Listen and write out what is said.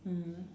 mm